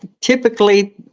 Typically